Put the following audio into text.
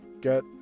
get